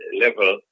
level